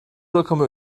rakamı